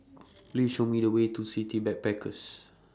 Please Show Me The Way to City Backpackers